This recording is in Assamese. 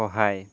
সহায়